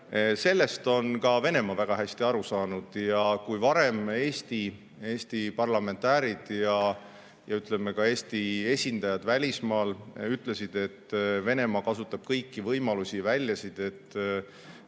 Sellest on ka Venemaa väga hästi aru saanud. Kui varem Eesti parlamentäärid ja ka Eesti esindajad välismaal rääkisid, et Venemaa kasutab kõiki võimalusi ja väljasid, et